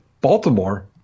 Baltimore